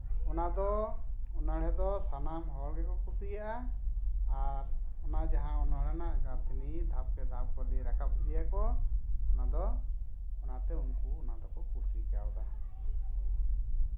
ᱚᱱᱟᱫᱚ ᱚᱱᱚᱬᱦᱮ ᱫᱚ ᱥᱟᱱᱟᱢ ᱦᱚᱲ ᱜᱮᱠᱚ ᱠᱩᱥᱤᱭᱟᱜᱼᱟ ᱟᱨ ᱚᱱᱟ ᱡᱟᱦᱟᱸ ᱚᱱᱚᱬᱦᱮ ᱜᱟᱹᱛᱷᱱᱤ ᱫᱷᱟᱯᱠᱮ ᱫᱷᱟᱯ ᱞᱟᱹᱭᱟ ᱠᱚ ᱚᱱᱟ ᱫᱚ ᱚᱱᱟᱛᱮ ᱩᱱᱠᱩ ᱚᱱᱟ ᱫᱚᱠᱚ ᱠᱩᱥᱤ ᱠᱟᱣᱫᱟ